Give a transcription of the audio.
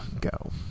go